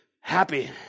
happy